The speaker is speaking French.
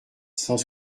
cent